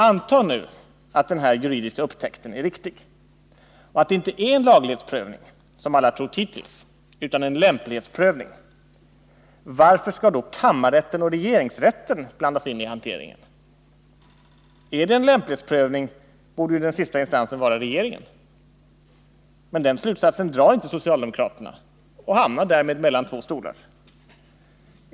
Anta nu att den här juridiska upptäckten är riktig och att det inte är en laglighetsprövning, som alla har trott hittills, utan en lämplighetsprövning. Varför skall då kammarrätten och regeringsrätten blandas in i hanteringen? Är det en lämplighetsprövning borde ju den sista instansen vara regeringen. Men den slutsatsen drar inte socialdemokraterna och hamnar därmed mellan två stolar.